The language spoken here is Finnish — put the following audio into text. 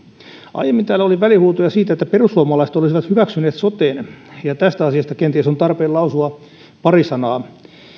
aiemmin täällä oli välihuutoja siitä että perussuomalaiset olisivat hyväksyneet soten ja tästä asiasta kenties on tarpeen lausua pari sanaa